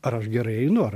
ar aš gerai einu ar